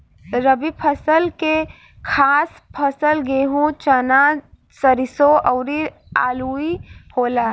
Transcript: रबी फसल के खास फसल गेहूं, चना, सरिसो अउरू आलुइ होला